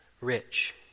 rich